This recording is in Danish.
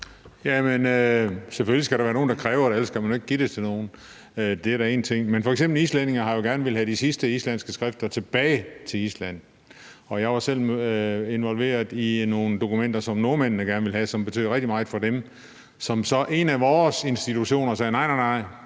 Selvfølgelig skal der være nogen, der kræver det, ellers kan man jo ikke give det til nogen. Det er da én ting. Men f.eks. har islændingene jo gerne villet have de sidste islandske skrifter tilbage til Island, og jeg var selv involveret i nogle dokumenter, som nordmændene gerne ville have, som betyder rigtig meget for dem, og hvor en af vores institutioner så sagde, at nej, nej,